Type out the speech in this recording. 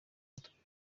atujuje